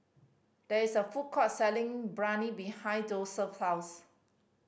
there is a food court selling Biryani behind Joeseph's house